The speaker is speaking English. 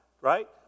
Right